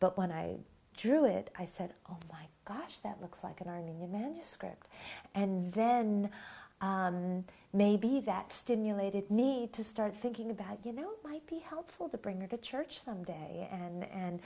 but when i drew it i said oh my gosh that looks like an armenian manuscript and then maybe that stimulated need to start thinking about you know might be helpful to bring her to church some day and